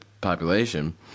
population